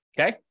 Okay